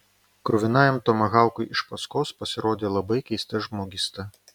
kruvinajam tomahaukui iš paskos pasirodė labai keista žmogysta